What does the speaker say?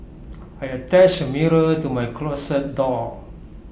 I attached A mirror to my closet door